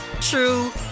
true